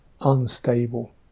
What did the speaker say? unstable